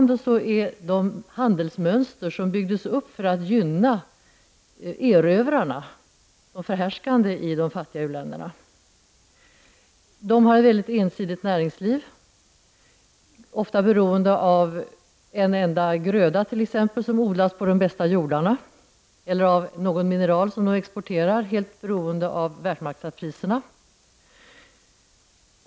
Det handelsmönster som byggdes upp för att gynna erövrarna är fortfarande det förhärskande i de fattiga u-länderna. De har ett mycket ensidigt näringsliv. De är t.ex. ofta beroende av en enda gröda, som odlas på de bästa jordarna, eller av någon mineral som de exporterar helt beroende av världsmarknadspriserna.